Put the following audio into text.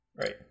Right